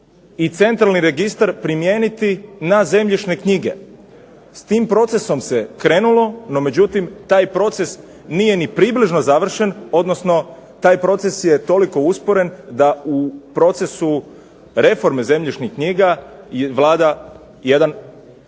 i Centralni registar primijeniti na zemljišne knjige. S tim procesom se krenulo, no međutim taj proces nije ni približno završen, odnosno taj proces je toliko usporen da u procesu reforme zemljišnih knjiga vlada jedan